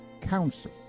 Council